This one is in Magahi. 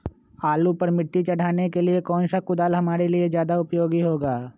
आलू पर मिट्टी चढ़ाने के लिए कौन सा कुदाल हमारे लिए ज्यादा उपयोगी होगा?